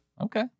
Okay